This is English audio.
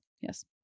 yes